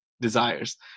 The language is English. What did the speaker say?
desires